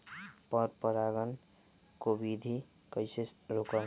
पर परागण केबिधी कईसे रोकब?